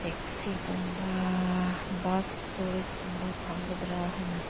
ꯇꯦꯛꯁꯤꯒꯨꯝꯕ bus ꯇꯨꯔꯤꯁꯀꯨꯝꯕ ꯐꯪꯒꯗ꯭ꯔꯥ ꯍꯥꯏꯅ